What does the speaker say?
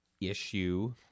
issue